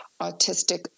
autistic